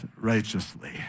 righteously